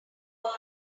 that